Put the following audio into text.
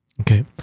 Okay